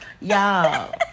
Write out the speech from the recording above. y'all